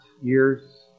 years